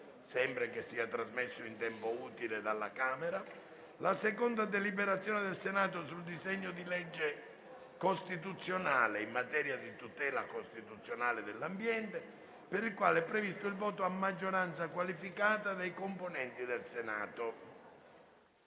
(ove trasmesso in tempo utile dalla Camera); la seconda deliberazione del Senato sul disegno di legge costituzionale in materia di tutela costituzionale dell'ambiente, per il quale è previsto il voto a maggioranza qualificata dei componenti del Senato;